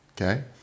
Okay